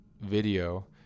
video